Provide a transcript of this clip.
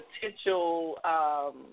potential